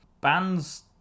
Bands